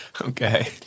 Okay